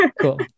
Cool